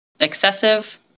Excessive